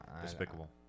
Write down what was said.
despicable